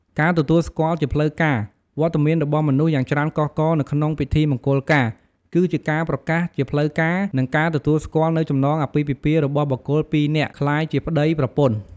ការទទួលស្គាល់ជាផ្លូវការ វត្តមានរបស់មនុស្សយ៉ាងច្រើនកុះករនៅក្នុងពិធីមង្គលការ គឺជាការប្រកាសជាផ្លូវការ និងការទទួលស្គាល់នូវចំណងអាពាហ៍ពិពាហ៍រវាងបុគ្គលពីរនាក់ក្លាយជាប្ដីប្រពន្ធ។